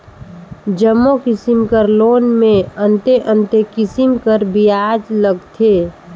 जम्मो किसिम कर लोन में अन्ते अन्ते किसिम कर बियाज लगथे